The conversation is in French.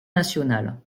national